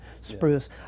spruce